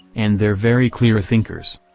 and they're very clear thinkers.